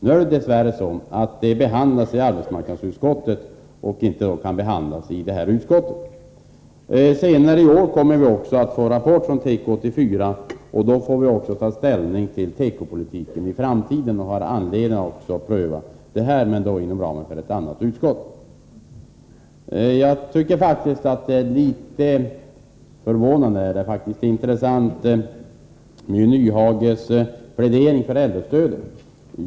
Nu är det dess värre så att detta behandlas i arbetsmarknadsutskottet och inte i näringsutskottet. Senare i år kommer vi också att få en rapport från Teko 84, och då får vi ta ställning till tekopolitiken i framtiden. Vi har därvid även anledning att pröva den här frågan, men inom ramen för arbetet inom ett annat utskott. Jag tycker faktiskt att Hans Nyhages plädering för äldrestödet är både förvånande och intressant.